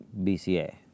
BCA